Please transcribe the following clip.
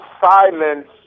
silence